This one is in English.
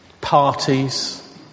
parties